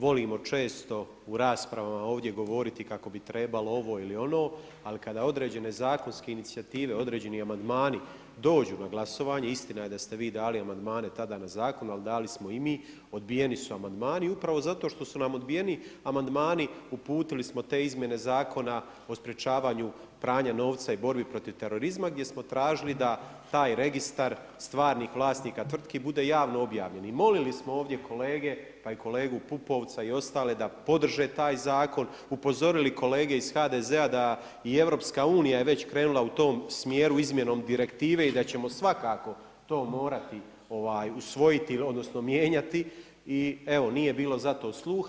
Volimo često u raspravama ovdje govoriti kako bi trebalo ovo ili ono, ali kada određene zakonske inicijative, određeni amandmani dođu na glasovanje, istina je da ste vi dali amandmane tada na zakon ali dali smo i mi, odbijeni su amandmani i upravo zato što su nam odbijeni amandmani, uputili smo te izmjene Zakona o sprječavanju pranja novca i borbi protiv terorizma gdje smo tražili da taj Registar stvarnih vlasnika tvrtki bude javno objavljen i molili smo ovdje kolege, pa i kolegu Pupovca i ostale da podrže taj zakon, upozorili kolege iz HDZ-a da i EU je već krenula u tom smjeru izmjenom direktive i da ćemo svakako to morati usvojiti odnosno mijenjati i evo, nije bilo za to sluha.